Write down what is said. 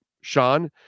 Sean